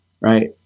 Right